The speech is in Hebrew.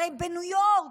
הרי בניו יורק,